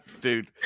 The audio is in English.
dude